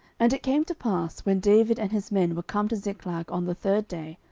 and it came to pass, when david and his men were come to ziklag on the third day,